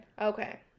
Okay